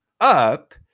up